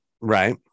right